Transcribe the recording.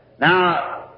Now